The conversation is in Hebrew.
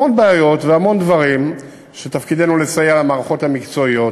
המון בעיות והמון דברים שתפקידנו לסייע בהם למערכות המקצועיות.